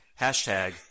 Hashtag